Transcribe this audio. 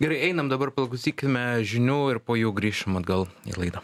gerai einam dabar paklausykime žinių ir po jų grįšim atgal į laidą